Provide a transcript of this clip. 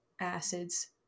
acids